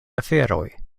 aferoj